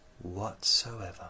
whatsoever